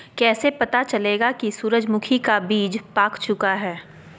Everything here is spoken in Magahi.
कैसे पता चलेगा की सूरजमुखी का बिज पाक चूका है?